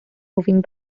roving